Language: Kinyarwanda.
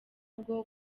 bwo